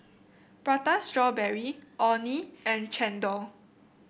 Prata Strawberry Orh Nee and chendol